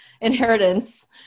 inheritance